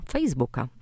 Facebooka